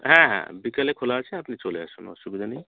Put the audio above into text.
হ্যাঁ হ্যাঁ বিকেলে খোলা আছে আপনি চলে আসুন অসুবিধা নেই